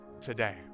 today